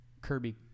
Kirby